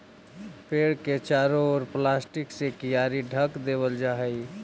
पेड़ के चारों ओर प्लास्टिक से कियारी ढँक देवल जा हई